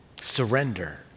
Surrender